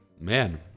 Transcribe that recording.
Man